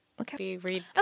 Okay